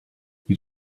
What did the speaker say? you